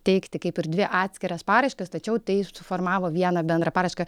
teikti kaip ir dvi atskiras paraiškas tačiau tai suformavo vieną bendrą paraišką